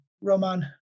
Roman